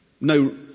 No